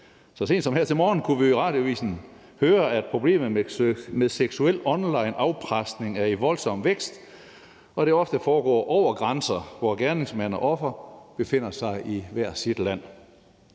Så sent som her til morgen kunne vi jo i radioavisen høre, at problemet med seksuel onlineafpresning er i voldsom vækst, og at det ofte foregår hen over grænser, hvor gerningsmand og offer befinder sig i hver sit land.